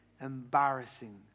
embarrassing